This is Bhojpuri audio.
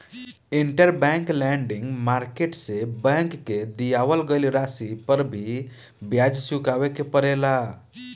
इंटरबैंक लेंडिंग मार्केट से बैंक के दिअवावल गईल राशि पर भी ब्याज चुकावे के पड़ेला